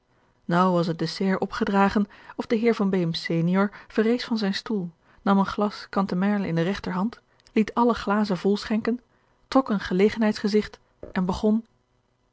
naauw was het dessert opgedragen of de heer van beem senior verrees van zijn stoel nam een glas cantemerle in de regter hand liet alle glazen vol schenken trok een gelegenheidsgezigt en begon